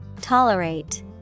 tolerate